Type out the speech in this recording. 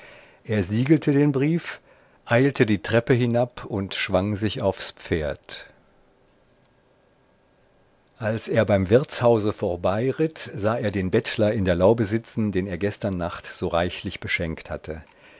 er siegelte den brief eilte die treppe hinab und schwang sich aufs pferd als er beim wirtshause vorbeiritt sah er den bettler in der laube sitzen den er gestern nacht so reichlich beschenkt hatte